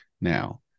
now